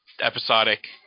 episodic